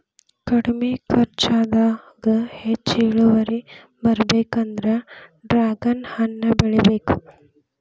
ಕಡ್ಮಿ ಕರ್ಚದಾಗ ಹೆಚ್ಚ ಇಳುವರಿ ಬರ್ಬೇಕಂದ್ರ ಡ್ರ್ಯಾಗನ್ ಹಣ್ಣ ಬೆಳಿಬೇಕ